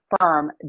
firm